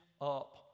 up